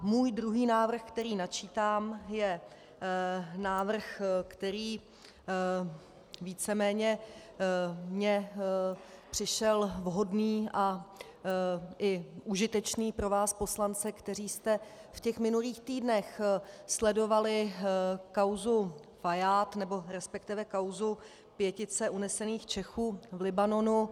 Můj druhý návrh, který načítám, je návrh, který víceméně mi přišel vhodný a i užitečný pro vás poslance, kteří jste v minulých týdnech sledovali kauzu Fajád, resp. kauzu pětice unesených Čechů v Libanonu.